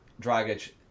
Dragic